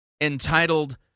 entitled